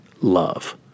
love